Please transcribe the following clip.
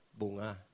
bunga